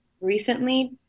recently